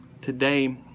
Today